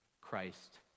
Christ